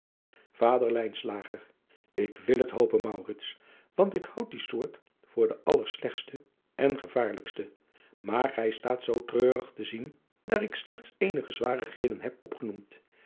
ader k wil het hopen want ik houd die soort voor de allerslechtste en gevaarlukste maar gij staat zoo treurig te zien daar ik slechts eenige zwarigheden heb opgenoemd